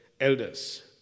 elders